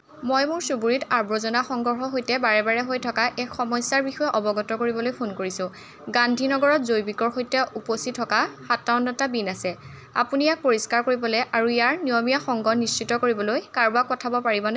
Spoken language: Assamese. মই মোৰ চুবুৰীত আৱৰ্জনা সংগ্ৰহৰ সৈতে বাৰে বাৰে হৈ থকা এক সমস্যাৰ বিষয়ে অৱগত কৰিবলৈ ফোন কৰিছোঁ গান্ধী নগৰত জৈৱিকৰ সৈতে উপচি থকা সাতাৱন্ন টা বিন আছে আপুনি ইয়াক পৰিষ্কাৰ কৰিবলৈ আৰু ইয়াৰ নিয়মীয়া সংগ্ৰহ নিশ্চিত কৰিবলৈ কাৰোবাক পঠাব পাৰিবনে